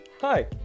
Hi